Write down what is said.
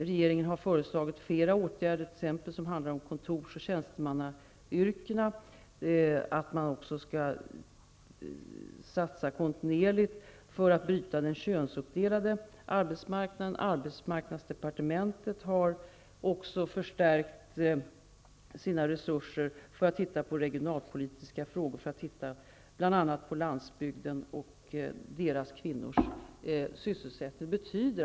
Regeringen har även föreslagit flera åtgärder när det gäller t.ex. kontorsyrken och tjänstemannayrken, som att kontinuerligt satsa för att bryta den könsuppdelade arbetsmarknaden. Arbetsmarknadsdepartementet har också förstärkt sina resurser för att kunna studera regionalpolitiska frågor när det gäller bl.a. landsbygden och sysselsättningen för kvinnor på landsbygden.